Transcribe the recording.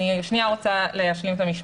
אני רוצה להשלים את המשפט.